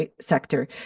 sector